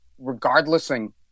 regardlessing